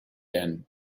and